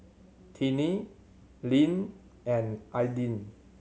Tinnie Linn and Aidyn